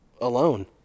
alone